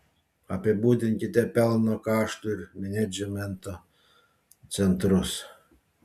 apibūdinkite pelno kaštų ir menedžmento centrus